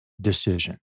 decision